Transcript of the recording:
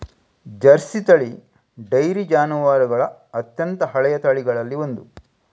Jersey ತಳಿ dairy ಜಾನುವಾರುಗಳ ಅತ್ಯಂತ ಹಳೆಯ ತಳಿಗಳಲ್ಲಿ ಒಂದು